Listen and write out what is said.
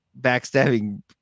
backstabbing